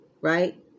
right